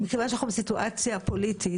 מכיוון שאנחנו בסיטואציה פוליטית,